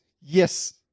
Yes